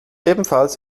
ebenfalls